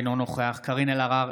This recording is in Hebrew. אינו נוכח קארין אלהרר,